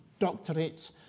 doctorates